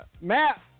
Matt